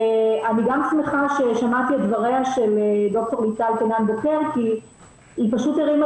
ואני גם שמחה ששמעתי את דבריה של ד"ר ליטל קינן בוקר כי היא פשוט הרימה